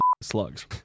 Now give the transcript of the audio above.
slugs